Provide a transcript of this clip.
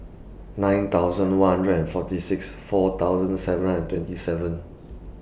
nine thousand one hundred and forty six four thousand seven hundred and twenty seven